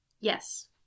Yes